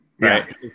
right